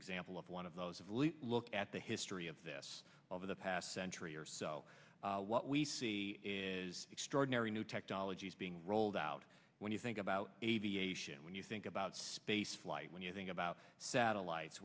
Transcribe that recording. example of one of those of leap look at the history of this over the past century or so what we see is extraordinary new technologies being rolled out when you think about aviation when you think about spaceflight when you think about satellites